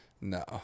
No